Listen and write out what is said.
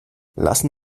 lassen